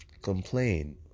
complain